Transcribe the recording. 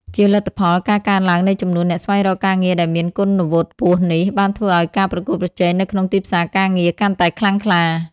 ជាលទ្ធផល ការកើនឡើងនៃចំនួនអ្នកស្វែងរកការងារដែលមានគុណវុឌ្ឍិខ្ពស់នេះ បានធ្វើឲ្យការប្រកួតប្រជែងនៅក្នុងទីផ្សារការងារកាន់តែខ្លាំងក្លា។